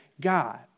God